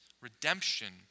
Redemption